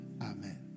amen